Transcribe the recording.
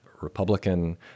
republican